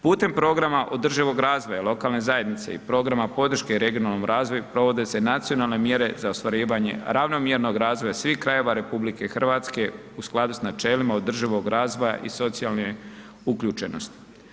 Putem programa održivog razvoja lokalne zajednice i programa podrške regionalnom razvoju provode se nacionalne mjere za ostvarivanje ravnomjernog razvoja svih krajeva RH u skladu sa načelima održivog razvoja i socijalne uključenosti.